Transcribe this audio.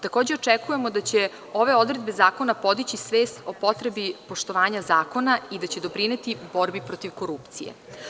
Takođe, očekujemo da će ove odredbe zakona podići svest o potrebi poštovanja zakona i da će doprineti u borbi protiv korupcije.